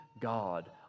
God